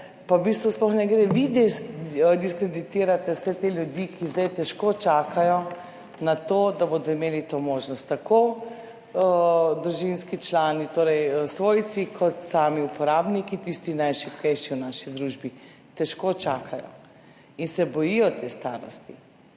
pa v bistvu sploh ne gre, vi diskreditirate vse te ljudi, ki zdaj težko čakajo na to, da bodo imeli to možnost, tako družinski člani, torej svojci, kot sami uporabniki, tisti najšibkejši v naši družbi, težko čakajo in se bojijo te starosti.